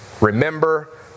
remember